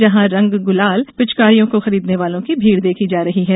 जहां रंग गुलाल पिचकारियों को खरीदने वालों की भीड देखी जा रही है